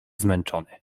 zmęczony